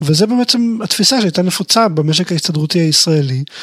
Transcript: וזה בעצם התפיסה שהייתה נפוצה במשק ההסתדרותי הישראלי.